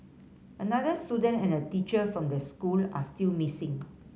another student and a teacher from the school are still missing